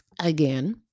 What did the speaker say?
again